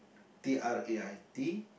T R A I T